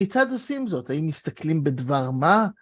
כיצד עושים זאת? האם מסתכלים בדבר מה?